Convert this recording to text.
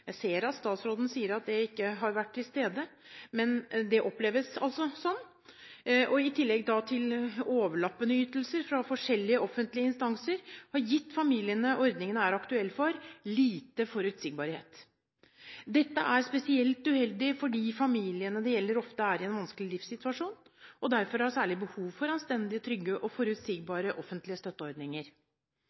jeg ser at statsråden sier at det ikke har vært tilfelle, men det oppleves altså sånn – i tillegg til overlappende ytelser fra forskjellige offentlige instanser, har gitt de familiene som ordningene er aktuelle for, lite forutsigbarhet. Dette er spesielt uheldig fordi de familiene det gjelder, ofte er i en vanskelig livssituasjon og derfor har særlig behov for anstendige, trygge og forutsigbare offentlige støtteordninger.